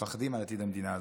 מפחדים על עתיד המדינה הזאת.